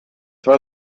war